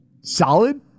Solid